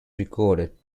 recorded